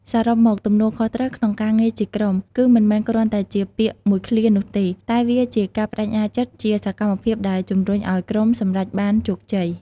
សរុបមក ទំនួលខុសត្រូវក្នុងការងារជាក្រុម គឺមិនមែនគ្រាន់តែជាពាក្យមួយឃ្លានោះទេ តែវាជាការប្តេជ្ញាចិត្តជាសកម្មភាពដែលជំរុញឱ្យក្រុមសម្រេចបានជោគជ័យ។